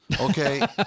Okay